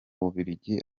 bubiligi